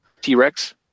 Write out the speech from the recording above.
T-Rex